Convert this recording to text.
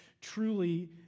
truly